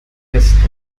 pest